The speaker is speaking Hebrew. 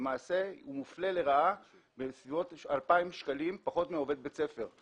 למעשה הוא מופלה לרעה בסביבות 2,000 שקלים פחות מעובד בית ספר.